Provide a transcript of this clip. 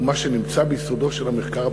הוא מה שנמצא ביסודו של המחקר הבסיסי.